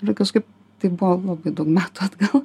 ir kažkaip tai buvo labai daug metų atgal